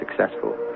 successful